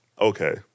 okay